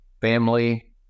family